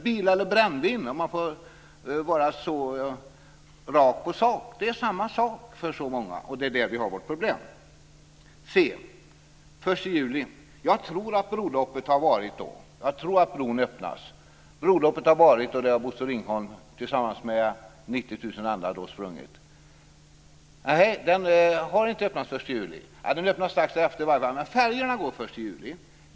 Bilar och brännvin, om jag får vara så rakt på sak, är samma sak för så många, och det är där vi har vårt problem. Punkt C: Jag tror att broloppet har varit den 1 juli. Broloppet har varit, och det har Bosse Ringholm tillsammans med 90 000 andra sprungit. Bron öppnar strax efter den 1 juli, men färjorna går den 1 juli.